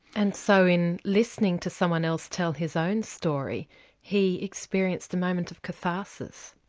and so in listening to someone else tell his own story he experienced a moment of catharsis?